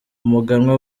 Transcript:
umuganwa